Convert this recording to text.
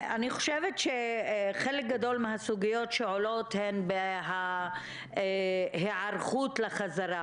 חלק גדול מהסוגיות שעולות הן בעניין ההיערכות לחזרה,